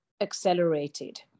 accelerated